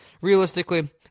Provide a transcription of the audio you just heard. realistically